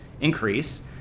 increase